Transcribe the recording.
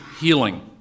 healing